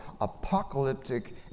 apocalyptic